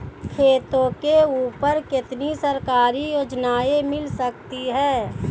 खेतों के ऊपर कितनी सरकारी योजनाएं मिल सकती हैं?